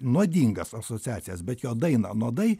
nuodingas asociacijas bet jo dainą nuodai